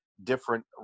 Different